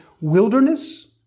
wilderness